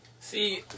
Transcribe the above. See